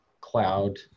cloud